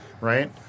right